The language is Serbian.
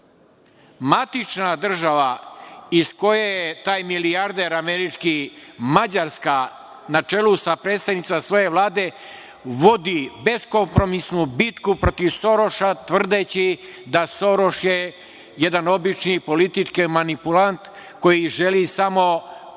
Matična država iz koje je taj milijarder američki, Mađarska na čelu sa predstavnicima svoje Vlade, vodi beskompromisnu bitku protiv Soroša tvrdeći da je Soroš jedan obični politički manipulant koji želi samo profit